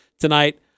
tonight